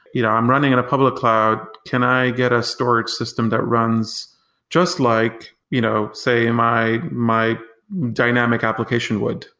you know i'm running and a public cloud, can i get a storage system that runs just like, you know say, my my dynamic application would?